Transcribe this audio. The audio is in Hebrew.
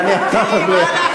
מירי, מה הלחץ?